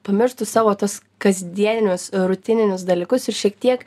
pamirštų savo tuos kasdieninius rutininius dalykus ir šiek tiek